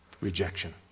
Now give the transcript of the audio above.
rejection